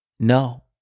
No